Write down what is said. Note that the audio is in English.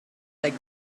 like